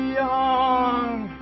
young